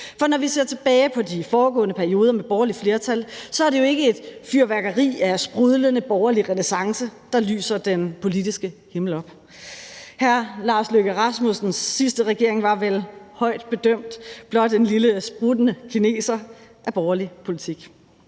for når vi ser tilbage på de foregående perioder med et borgerligt flertal, så er det jo ikke et fyrværkeri af sprudlende borgerlig renæssance, der lyser den politiske himmel op. Hr. Lars Løkke Rasmussens sidste regering var vel højt bedømt blot en lille spruttende kineser af borgerlig politik,